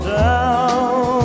down